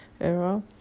era